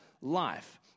life